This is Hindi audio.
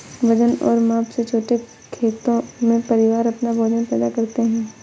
वजन और माप से छोटे खेतों में, परिवार अपना भोजन पैदा करते है